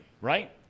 Right